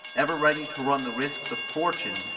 ever ready to run the risks of fortune,